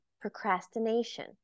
procrastination